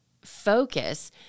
focus